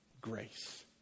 grace